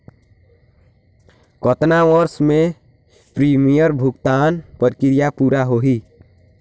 कतना वर्ष मे प्रीमियम भुगतान प्रक्रिया पूरा होही?